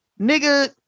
nigga